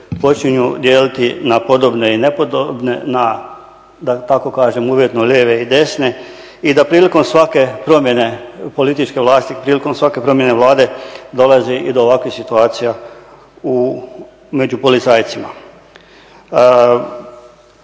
počinju dijeliti na podobne i nepodobne, da tako kažem uvjetno lijeve i desne i da prilikom svake promjene političke vlasti, prilikom svake promjene Vlade dolazi i do ovakvih situacija među policajcima.